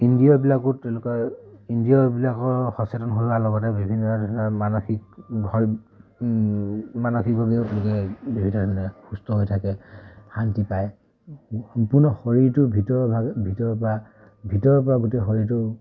ইন্দ্ৰিয়বিলাকো তেওঁলোকৰ ইন্দ্ৰিয়বিলাকৰ সচেতন হোৱাৰ লগতে বিভিন্ন ধৰণৰ মানসিক হয় মানসিকভাৱেও তেওঁলোকে বিভিন্ন ধৰণে সুস্থ হৈ থাকে শান্তি পায় সম্পূৰ্ণ শৰীৰটো ভিতৰৰ ভাগে ভিতৰৰপৰা ভিতৰৰপৰা গোটেই শৰীৰটো